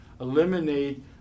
eliminate